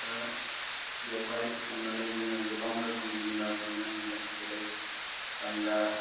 दा बेवहाय थांनानै जोङो गोबां रोखोमनि जुनार नुनो मोन्दों जेरै गान्दा